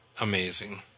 amazing